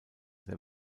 der